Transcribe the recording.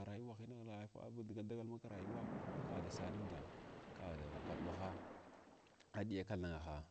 Ma rayuwahin mamung nidigi dagal ma rayuwina ngal ba sa nudaa, ka ghwaɗwaha aɗiya kathanaha